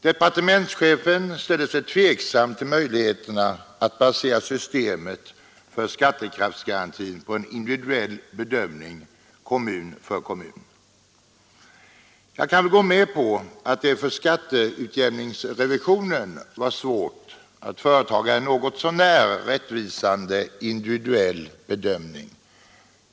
Departementschefen ställer sig tveksam till möjligheterna att basera systemet för skattekraftsgarantin på en individuell bedömning kommun för kommun. Jag kan gå med på att det för skatteutjämningsrevisionen var svårt att företa en något så när rättvisande individuell bedömning.